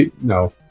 no